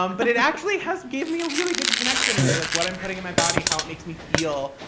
um but it actually has given me a really good connection with like what i'm putting in my body and how it makes me feel,